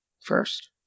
First